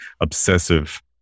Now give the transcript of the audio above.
obsessive